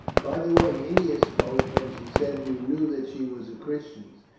by the way ennia spoke, when she said you knew that she was a christian,